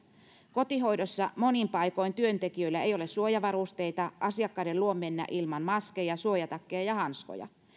kotihoidossa monin paikoin työntekijöillä ei ole suojavarusteita asiakkaiden luo mennään ilman maskeja suojatakkeja ja hanskoja